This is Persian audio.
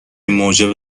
موجب